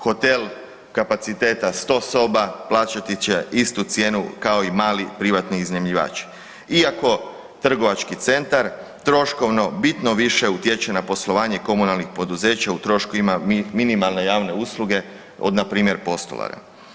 Hotel kapaciteta 100 soba plaćati će istu cijenu kao i mali privatni iznajmljivači, iako trgovački centar troškovno bitno više utječe na poslovanje komunalnih poduzeća u troškovima minimalne javne usluge, od npr. postolara.